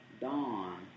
dawn